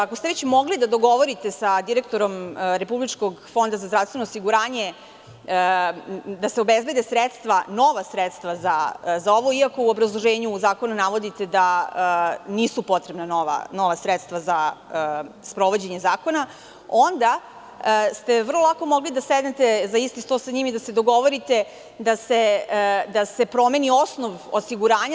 Ako ste već mogli da se dogovorite sa direktorom Republičkog fonda za zdravstveno osiguranje da se obezbede nova sredstva za ovo, iako u obrazloženju u zakonu navodite da nisu potrebna nova sredstva za sprovođenje zakona, onda ste vrlo lako mogli da sednete za isti sto sa njim i da se dogovorite da se promeni osnov osiguranja.